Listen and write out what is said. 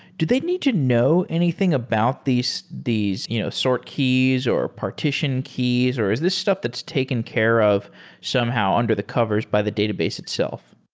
do they need to know anything about these these you know sort keys or partition keys, or is this stuff that's taken care of somehow under the covers by the database itself?